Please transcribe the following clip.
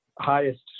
highest